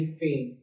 pain